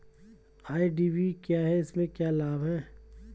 IDV क्या है इसमें क्या लाभ है?